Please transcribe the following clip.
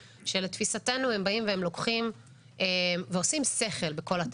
שלתפיסתנו באים ועושים שכל בכל התהליך.